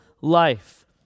life